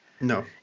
No